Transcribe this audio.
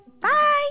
Bye